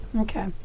Okay